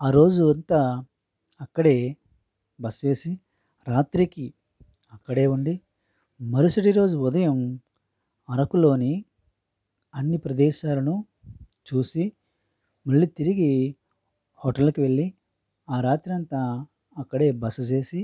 ఆరోజు అంతా అక్కడే బస చేసి రాత్రికి అక్కడే ఉండి మరుసటి రోజు ఉదయం అరకులోని అన్ని ప్రదేశాలను చూసి మళ్ళీ తిరిగి హోటల్కి వెళ్ళీ ఆ రాత్రి అంతా అక్కడే బస చేసి